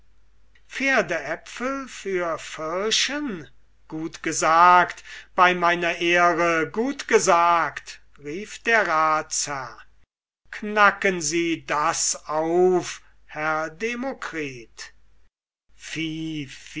pferdäpfel für pfirschen gut gesagt bei meiner ehre gut gesagt rief der ratsherr knacken sie das auf herr demokritus